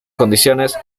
condiciones